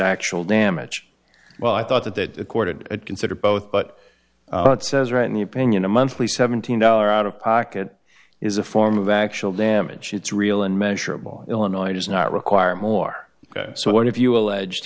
actual damage well i thought that that accorded it consider both but it says right in the opinion a monthly seven thousand dollars out of pocket is a form of actual damage it's real and measurable illinois does not require more so what if you allege